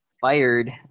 fired